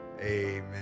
amen